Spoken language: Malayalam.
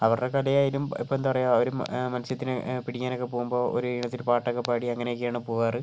അവരുടെ കലയായാലും ഇപ്പം എന്താ പറയുക ഒരു മത്സ്യത്തിനെ പിടിക്കാനൊക്കെ പോകുമ്പോൾ ഒരു ഈണത്തിൽ പാട്ടൊക്കെ പാടി അങ്ങനെക്കെയാണ് പോകാറ്